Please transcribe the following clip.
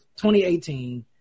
2018